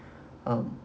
um